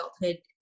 adulthood